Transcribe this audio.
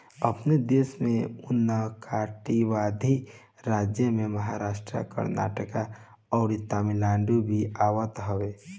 अपनी देश में उष्णकटिबंधीय राज्य में महाराष्ट्र, कर्नाटक, अउरी तमिलनाडु भी आवत हवे